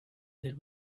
there